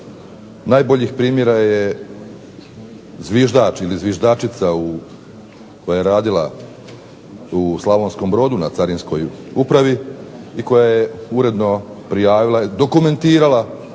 najboljih primjera je zviždač ili zviždačica koja je radila u Slavonskom Brodu na Carinskoj upravi i koja je uredno prijavila, dokumentirala